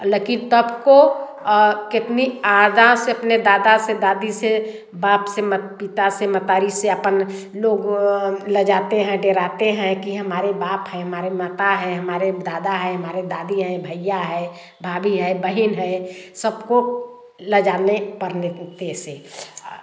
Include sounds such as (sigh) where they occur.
और लेकिन तपको कितनी अदा से अपने दादा से दादी से बाप से मत पिता से मतारी से अपन लोग लजाते हैं डेराते हैं कि हमारे बाप हैं हमारे माता हैं हमारे दादा हैं हमारे दादी हैं भैया हैं भाभी हैं बहिन हैं सबको लजाने पड़ने (unintelligible) से